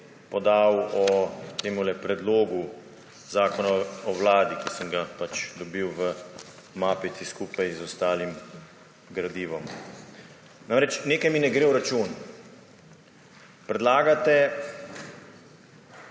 o tem predlogu zakona o vladi, ki sem ga dobil v mapici skupaj z ostalim gradivom. Nekaj mi namreč ne gre v račun. Predlagate